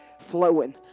flowing